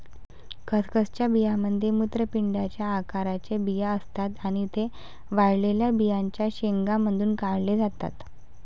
खसखसच्या बियांमध्ये मूत्रपिंडाच्या आकाराचे बिया असतात आणि ते वाळलेल्या बियांच्या शेंगांमधून काढले जातात